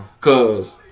Cause